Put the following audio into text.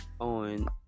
on